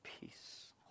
peace